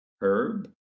Herb